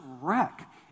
wreck